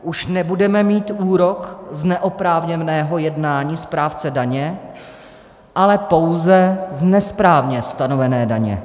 Už nebudeme mít úrok z neoprávněného jednání správce daně, ale pouze z nesprávně stanovené daně.